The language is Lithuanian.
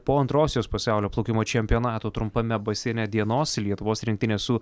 po antrosios pasaulio plaukimo čempionato trumpame baseine dienos lietuvos rinktinė su